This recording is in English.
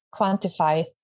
quantify